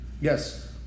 Yes